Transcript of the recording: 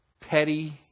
petty